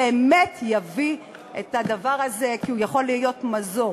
תביא 10% מהבית, תשלם 18 שנה,